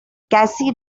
cassie